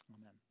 Amen